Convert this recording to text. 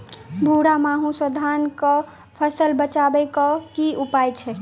भूरा माहू सँ धान कऽ फसल बचाबै कऽ की उपाय छै?